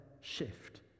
shift